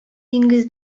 диңгез